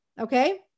Okay